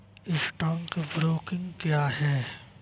Stock broking क्या है?